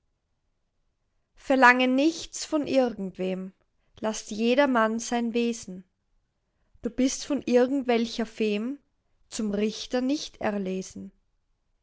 verlange nichts von irgendwem laß jedermann sein wesen du bist von irgendwelcher fehm zum richter nicht erlesen